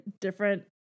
different